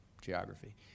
geography